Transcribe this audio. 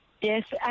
Yes